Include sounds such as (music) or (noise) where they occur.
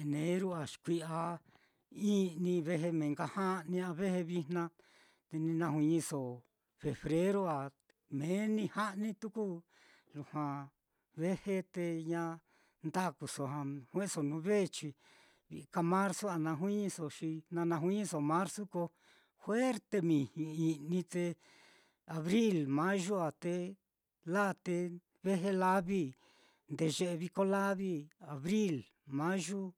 Eneru á xi kui'ya i'ni ve (hesitation) nka ja'ni ve (hesitation) jna, te ni najuiñiso fefreru á, meni ja'ni tuku, lujua ve (hesitation) ña ndakuso, te ña ndakuso te jue'eso nuu bechi, vi'i ka marzu a na juiñiso, xi na najuiñiso marzu ko juerte (hesitation) -miji i'ni, te abril, mayu á, te la te ve (hesitation) vi, ndeye'e viko lavi, abril, mayu,